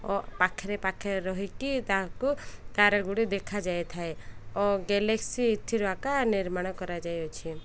ଓ ପାଖରେ ପାଖେରେ ରହିକି ତାହାକୁ ତାର ଗୁଡ଼ିଏ ଦେଖାଯାଇଥାଏ ଓ ଗ୍ୟାଲେକ୍ସି ଏଇଥିରୁ ଆକା ନିର୍ମାଣ କରାଯାଇଅଛି